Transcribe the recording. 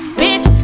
bitch